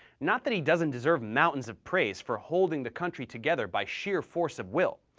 not that he doesn't deserve mountains of praise for holding the country together by sheer force of will,